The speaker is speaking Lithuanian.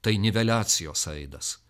tai niveliacijos aidas